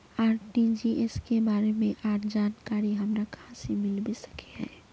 RTGS के बारे में आर जानकारी हमरा कहाँ से मिलबे सके है?